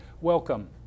Welcome